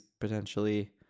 potentially